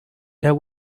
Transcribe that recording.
there